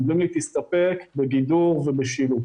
אומרים לי, תסתפק בגידור ובשילוט.